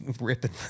ripping